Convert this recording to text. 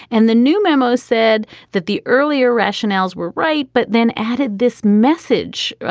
and the new memo said that the earlier rationales were right, but then added this message,